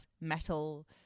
metal